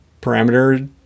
parameter